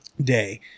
day